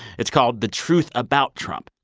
it's called the truth about trump.